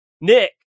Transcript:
Nick